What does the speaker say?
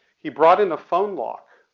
he brought in a phone lock.